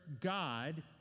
God